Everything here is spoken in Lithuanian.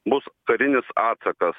bus karinis atsakas